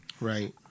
Right